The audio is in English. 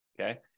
okay